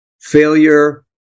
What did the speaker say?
failure